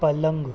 पलंग